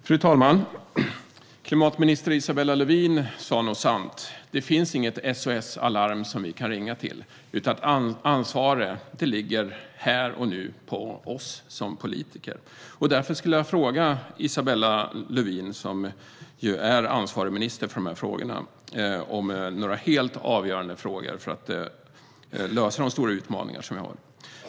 Fru talman! Klimatminister Isabella Lövin sa något sant. Det finns inget SOS Alarm som vi kan ringa till. Ansvaret ligger här och nu på oss som politiker. Därför skulle jag vilja ställa några frågor till Isabella Lövin, som är ansvarig minister för de här frågorna. Det gäller några helt avgörande frågor för att lösa de stora utmaningar vi har.